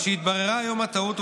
משהתבררה היום הטעות,